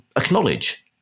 acknowledge